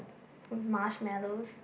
with marshmallows